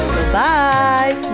Goodbye